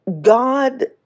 God